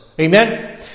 Amen